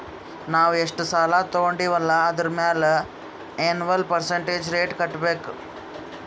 ನಾವ್ ಎಷ್ಟ ಸಾಲಾ ತೊಂಡಿವ್ ಅಲ್ಲಾ ಅದುರ್ ಮ್ಯಾಲ ಎನ್ವಲ್ ಪರ್ಸಂಟೇಜ್ ರೇಟ್ ಕಟ್ಟಬೇಕ್